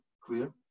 clear